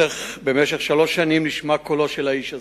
במשך שלוש שנים נשמע קולו של האיש הזה,